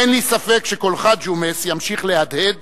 אין לי ספק שקולך, ג'ומס, ימשיך להדהד